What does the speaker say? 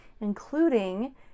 including